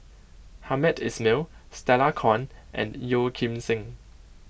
Hamed Ismail Stella Kon and Yeo Kim Seng